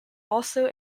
also